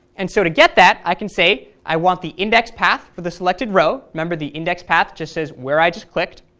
and so to get that, i can say i want the indexpath for the selected row, remember the indexpath just says where i just clicked,